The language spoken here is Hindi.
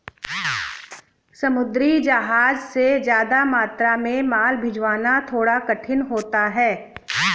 समुद्री जहाज से ज्यादा मात्रा में माल भिजवाना थोड़ा कठिन होता है